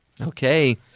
Okay